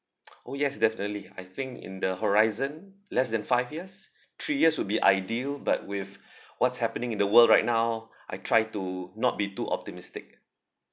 oh yes definitely I think in the horizon less than five years three years would be ideal but with what's happening in the world right now I try to not be too optimistic